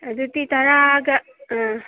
ꯑꯗꯨꯗꯤ ꯇꯔꯥꯒ ꯑꯥ